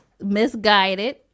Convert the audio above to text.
misguided